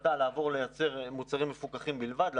החלטה לעבור לייצר מוצרים מפוקחים בלבד,